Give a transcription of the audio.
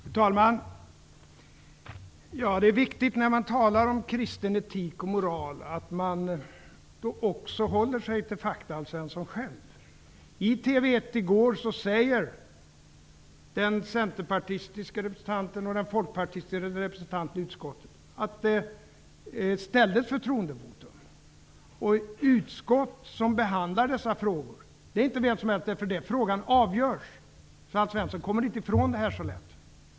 Fru talman! Det är viktigt, Alf Svensson, att när man talar om kristen etik och moral själv hålla sig till fakta. I Kanal 1 i går sade den centerpartistiske representanten och den folkpartistiske representanten i utskottet att det ställdes förtroendevotum. Ett utskott som behandlar dessa frågor är inte vad som helst, det är ju där som frågan avgörs. Alf Svensson kommer inte ifrån detta så lätt.